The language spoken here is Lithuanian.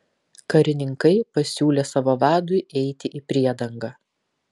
karininkai pasiūlė savo vadui eiti į priedangą